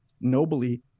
nobly